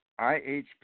ihp